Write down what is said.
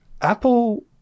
Apple